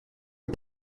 est